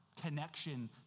Connection